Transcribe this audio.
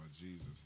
Jesus